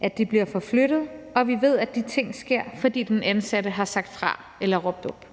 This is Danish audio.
at de bliver forflyttet, og vi ved, at de ting sker, fordi den ansatte har sagt fra eller råbt op.